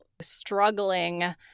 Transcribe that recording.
struggling